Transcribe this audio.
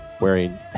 wearing